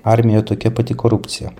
armijoj tokia pati korupcija